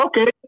Okay